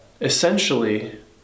essentially